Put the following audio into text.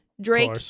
Drake